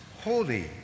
holy